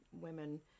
women